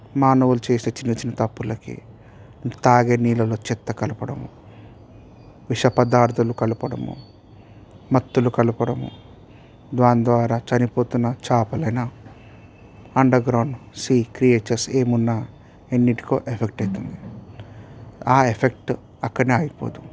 మానవులు చేసే చిన్న చిన్న తప్పులకి తాగే నీళ్లలో చెత్త కలపడము విష పదార్థాలు కలపడము మత్తులు కలపడము దానిద్వారా చనిపోతున్న చేపలు అయినా అండర్ గ్రౌండ్ సీ క్రియేచర్స్ ఏమి ఉన్న ఎన్నిటికో ఎఫెక్ట్ అవుతుంది ఆ ఎఫెక్ట్ అక్కడనే ఆగిపోదు